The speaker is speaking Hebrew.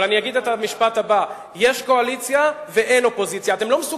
אבל אני אגיד את המשפט הבא: יש קואליציה ואין אופוזיציה.